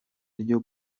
ryo